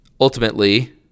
ultimately